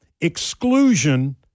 exclusion